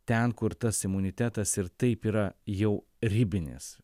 ten kur tas imunitetas ir taip yra jau ribinis